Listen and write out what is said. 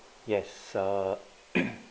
yes err